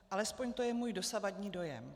Alespoň to je můj dosavadní dojem.